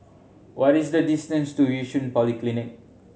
what is the distance to Yishun Polyclinic